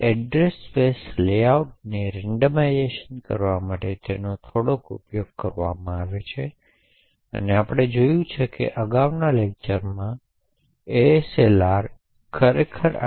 આપણી પાસે હજી પણ આ મેમરી એક્સેસ છે જે થઈ છે પરંતુ અહીં મોટો તફાવત એ છે કે મેમરી એક્સેસનો બ્લોક ખરેખર timed છે